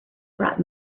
brought